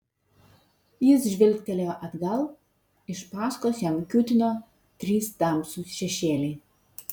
jis žvilgtelėjo atgal iš paskos jam kiūtino trys tamsūs šešėliai